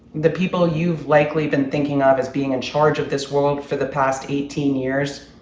the people you've likely been thinking of as being in charge of this world for the past eighteen years,